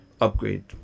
upgrade